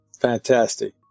fantastic